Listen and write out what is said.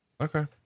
Okay